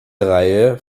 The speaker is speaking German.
reihe